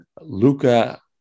Luca